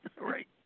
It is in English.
Right